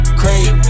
crazy